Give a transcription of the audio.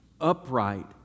upright